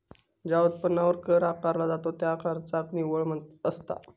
ज्या उत्पन्नावर कर आकारला जाता त्यो खर्चाचा निव्वळ असता